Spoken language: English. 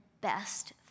best